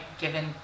given